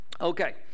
Okay